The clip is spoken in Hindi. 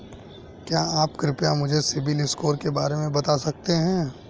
क्या आप कृपया मुझे सिबिल स्कोर के बारे में बता सकते हैं?